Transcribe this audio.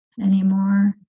anymore